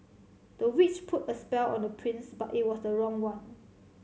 the witch put a spell on the prince but it was the wrong one